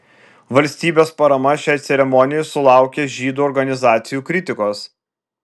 valstybės parama šiai ceremonijai sulaukė žydų organizacijų kritikos